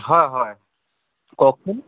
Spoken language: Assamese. হয় হয় কওকচোন